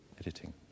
editing